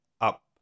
up